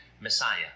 Messiah